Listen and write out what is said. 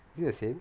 is it the same